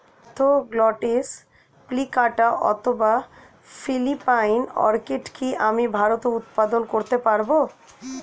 Spathoglottis plicata অথবা Philippine orchid কি আমি ভারতে উৎপাদন করতে পারবো?